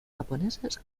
japoneses